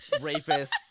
rapist